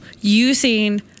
using